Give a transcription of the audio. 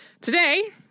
today